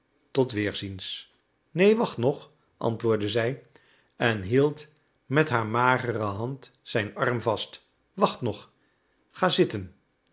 tot weerziens neen wacht nog antwoordde zij en hield met haar magere hand zijn arm vast wacht nog ga zitten